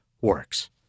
works